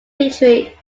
victory